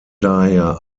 daher